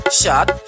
shot